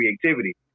creativity